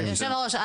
אדוני היושב-ראש,